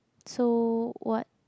so what